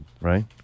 right